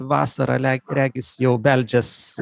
vasara leg regis jau beldžias